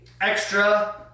extra